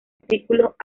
artículos